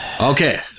Okay